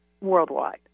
worldwide